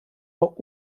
war